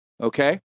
okay